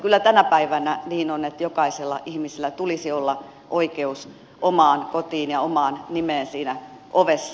kyllä tänä päivänä niin on että jokaisella ihmisellä tulisi olla oikeus omaan kotiin ja omaan nimeen siinä ovessa